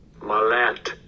Malat